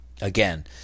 Again